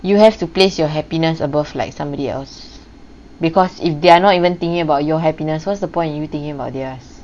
you have to place your happiness above like somebody else because if they're not even thinking about your happiness what's the point of thinking of theirs